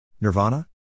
Nirvana